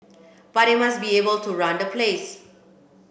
but they must be able to run the place